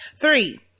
Three